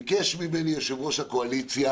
ביקש ממני יושב-ראש הקואליציה,